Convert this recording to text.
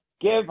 give